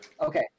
Okay